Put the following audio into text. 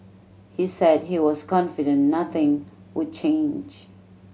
he said he was confident nothing would change